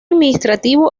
administrativo